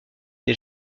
des